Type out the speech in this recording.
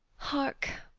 hark!